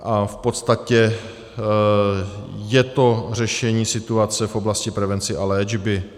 V podstatě je to řešení situace v oblasti prevence a léčby.